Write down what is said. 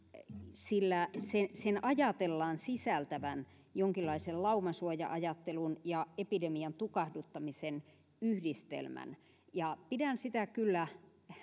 sen ajatellaan sisältävän jonkinlaisen laumasuoja ajattelun ja epidemian tukahduttamisen yhdistelmän pidän sitä